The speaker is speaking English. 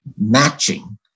matching